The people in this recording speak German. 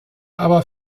aber